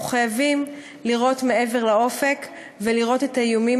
אנחנו חייבים לראות מעבר לאופק ולראות את האיומים